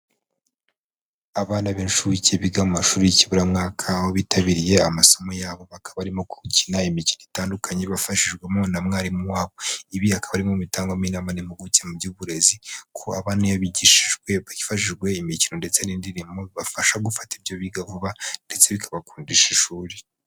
Abana b'incuke biga mu amashuri y'ikiburamwaka aho bitabiriye amasomo yabo bakaba barimo gukina imikino itandukanye bafashijwemo na mwarimu wabo, ibi akaba ari bimwe mu bitangwamo inama n'impuguke mu by'uburezi kuko abana iyo bigishijwe hifashijwe imikino ndetse n'indirimbo bibafasha gufata ibyo biga vuba ndetse bikabakundisha ishuri.